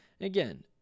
Again